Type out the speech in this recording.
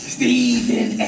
Stephen